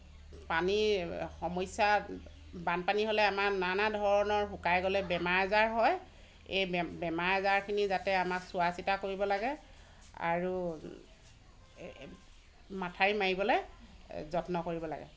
পানীৰ সমস্যা বানপানী হ'লে আমাৰ নানান ধৰণৰ শুকাই গ'লে বেমাৰ আজাৰ হয় এই বেমাৰ আজাৰখিনি যাতে আমাক চোৱা চিতা কৰিব লাগে আৰু মথাউৰি মাৰিবলৈ যত্ন কৰিব লাগে